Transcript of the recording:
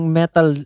metal